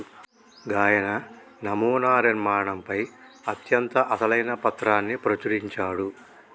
గాయన నమునా నిర్మాణంపై అత్యంత అసలైన పత్రాన్ని ప్రచురించాడు